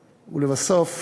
ולבסוף,